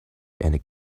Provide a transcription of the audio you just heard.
and